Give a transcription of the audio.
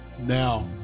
Now